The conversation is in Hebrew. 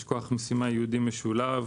יש כוח משימה ייעודי משולב